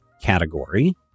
category